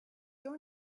your